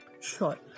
Sure